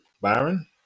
byron